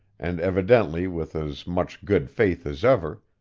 and evidently with as much good faith as ever,